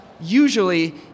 Usually